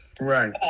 Right